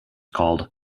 called